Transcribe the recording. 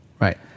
Right